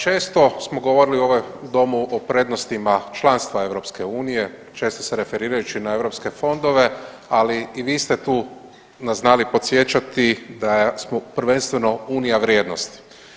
Često smo govorili u ovom Domu o prednostima članstva EU, često se referiraju na EU fondove, ali i vi ste tu nas znali podsjećati da smo prvenstveno unija vrijednosti.